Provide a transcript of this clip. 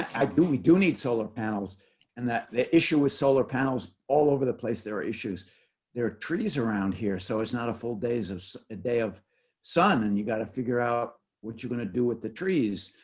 i do. we do need solar panels and that issue with solar panels all over the place. there are issues there are trees around here. so it's not a full days of a day of sun and you got to figure out what you're going to do with the trees.